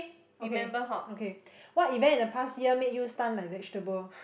okay okay what event in the past year made you stun like vegetable